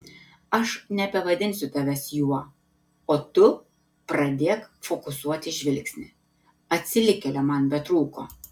aš nebevadinsiu tavęs juo o tu pradėk fokusuoti žvilgsnį atsilikėlio man betrūko